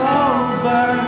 over